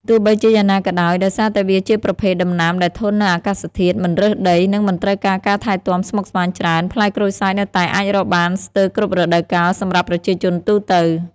ទោះបីជាយ៉ាងណាក៏ដោយ ដោយសារតែវាជាប្រភេទដំណាំដែលធន់នឹងអាកាសធាតុ មិនរើសដី និងមិនត្រូវការការថែទាំស្មុគស្មាញច្រើន ផ្លែក្រូចសើចនៅតែអាចរកបានស្ទើរគ្រប់រដូវកាលសម្រាប់ប្រជាជនទូទៅ។